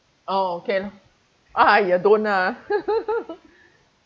oh okay lah !aiya! don't ah